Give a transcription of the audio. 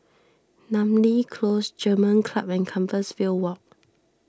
Namly Close German Club and Compassvale Walk